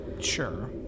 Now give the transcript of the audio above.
sure